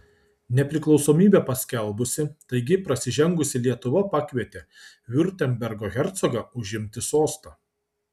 nepriklausomybę paskelbusi taigi prasižengusi lietuva pakvietė viurtembergo hercogą užimti sostą